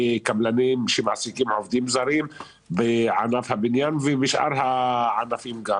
וקבלנים שמעסיקים עובדים זרים בענף הבניין ובשאר הענפים גם.